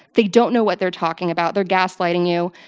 they don't know what they're talking about. they're gaslighting you,